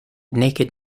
naked